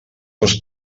cos